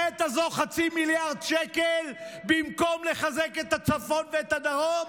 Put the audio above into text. בעת הזאת חצי מיליארד שקל במקום לחזק את הצפון ואת הדרום?